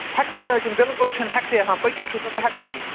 ہٮ۪کتھٕے نہَ حظ چھَنہٕ بِلکُل چھِ ہٮ۪کتھٕے آسان پٔکِتھ چھُس نہٕ بہٕ ہٮ۪کانٕے